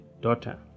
daughter